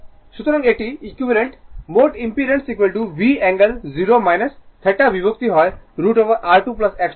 সুতরাং এটি ইকুইভ্যালেন্ট মোট ইম্পিডেন্স V অ্যাঙ্গেল 0 θ বিভক্ত হয় √ ওভার R2 X2 দ্বারা